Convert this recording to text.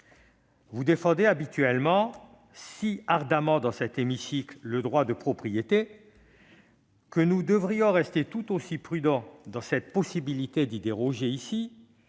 Vous défendez habituellement si ardemment, dans cet hémicycle, le droit de propriété, que nous devrions rester tout aussi prudents dans cette possibilité d'y déroger.